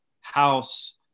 House